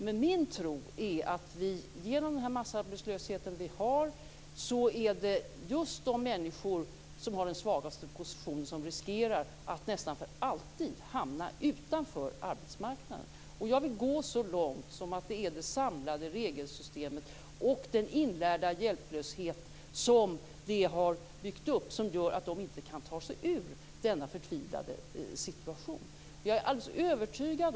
Men min tro är att det genom den massarbetslöshet vi har just är de människor som har den svagaste positionen som riskerar att nästan för alltid hamna utanför arbetsmarknaden. Jag vill gå så långt som att säga att det är det samlade regelsystemet och den inlärda hjälplöshet som detta har byggt upp som gör att de inte kan ta sig ur denna förtvivlade situation.